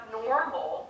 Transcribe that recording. normal